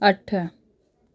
अठ